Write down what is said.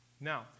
Now